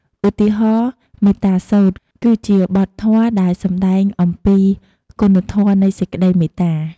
ឧទាហរណ៍ មេត្តាសូត្រ គឺជាបទធម៌ដែលសំដែងអំពីគុណធម៌នៃសេចក្តីមេត្តា។